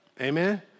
Amen